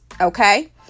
okay